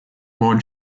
more